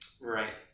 Right